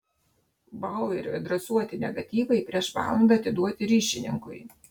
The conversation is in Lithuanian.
baueriui adresuoti negatyvai prieš valandą atiduoti ryšininkui